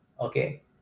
Okay